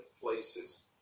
places